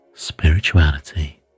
spirituality